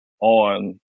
On